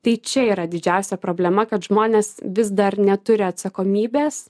tai čia yra didžiausia problema kad žmonės vis dar neturi atsakomybės